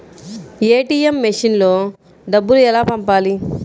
ATM మెషిన్లో డబ్బులు ఎలా పంపాలి?